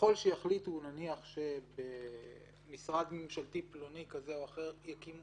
ככל שיחליטו שבמשרד ממשלתי כזה או אחר מקימים